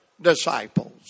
disciples